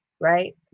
right